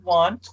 one